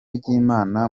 ry’imana